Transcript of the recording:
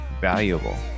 valuable